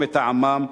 או מטעמם,